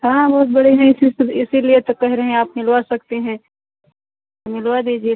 हाँ बहुत बड़े हैं इसी से तो इसीलिए तो कह रहे हैं आप मिलवा सकते हैं तो मिलवा दीजिए